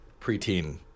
preteen